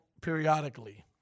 periodically